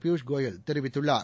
பியூஷ் கோயல் தெரிவித்துள்ளார்